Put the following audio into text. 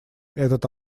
этот